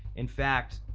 and fact,